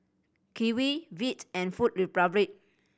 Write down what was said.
Kiwi Veet and Food Republic